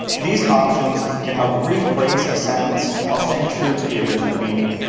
these options can help rephrase a sentence while staying true to the original meaning.